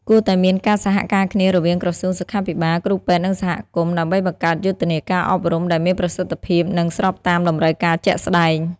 គួរតែមានការសហការគ្នារវាងក្រសួងសុខាភិបាល គ្រូពេទ្យ និងសហគមន៍ ដើម្បីបង្កើតយុទ្ធនាការអប់រំដែលមានប្រសិទ្ធភាពនិងស្របតាមតម្រូវការជាក់ស្តែង។